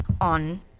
on